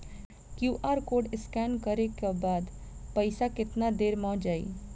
QR code scan न करे क बाद पइसा केतना देर म जाई?